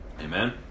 Amen